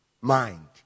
mind